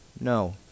No